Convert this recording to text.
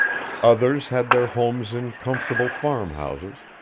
others had their homes in comfortable farm-houses,